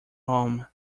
home